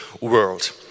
world